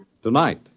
Tonight